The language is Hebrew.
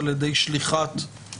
זה סעיף חדש?